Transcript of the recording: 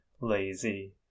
lazy